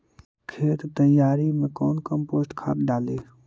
खेत तैयारी मे कौन कम्पोस्ट खाद डाली?